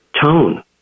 tone